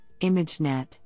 ImageNet